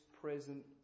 present